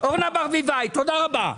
תודה רבה.